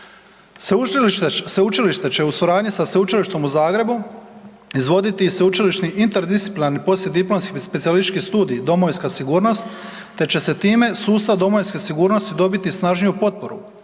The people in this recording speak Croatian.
Sveučilište će u suradnji sa Sveučilištem u Zagrebu izvoditi i sveučilišni interdisciplinarni poslijediplomski specijalistički studij – domovinska sigurnost te će se time sustav domovinske sigurnosti dobiti snažniju potporu.